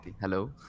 Hello